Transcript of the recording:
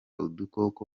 udukoko